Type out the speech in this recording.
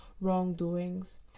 wrongdoings